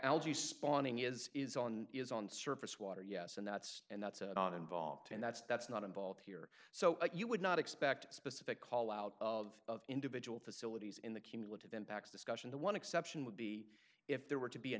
algae spawning is is on is on surface water yes and that's and that's not involved and that's that's not involved here so you would not expect a specific call out of individual facilities in the cumulative impacts discussion the one exception would be if there were to be a